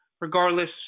regardless